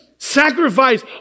Sacrifice